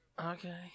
Okay